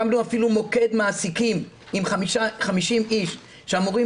אפילו הקמנו מוקד מעסיקים עם 50 אנשים שאמורים